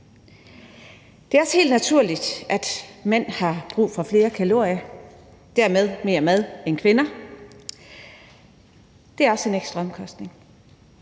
Det er også helt naturligt, at mænd har brug for flere kalorier og dermed mere mad, end kvinder har. Det er også en ekstra omkostning.